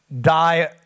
die